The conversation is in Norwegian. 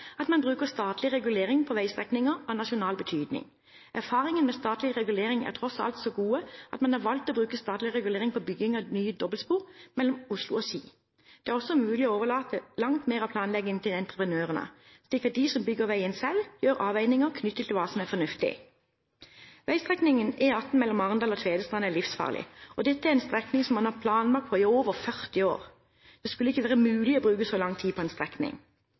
at man bruker statlig regulering på veistrekninger av nasjonal betydning. Erfaringene med statlig regulering er tross alt så gode at man har valgt å bruke statlig regulering på bygging av nytt dobbeltspor mellom Oslo og Ski. Det er altså mulig å overlate langt mer av planleggingen til entreprenørene, slik at de som bygger veien, selv gjør avveininger knyttet til hva som er fornuftig. Veistrekningen E18 mellom Arendal og Tvedestrand er livsfarlig. Dette er en strekning som man har planlagt i over 40 år. Det skulle ikke være mulig å bruke så lang tid på en strekning.